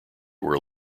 were